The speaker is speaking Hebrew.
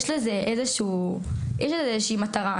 יש לזה איזושהי מטרה.